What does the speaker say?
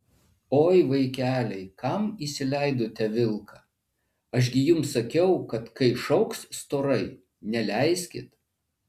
oi vaikeliai kam įsileidote vilką aš gi jums sakiau kad kai šauks storai neleiskit